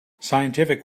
scientific